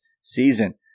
season